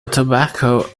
tobacco